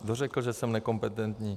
Kdo řekl, že jsem nekompetentní?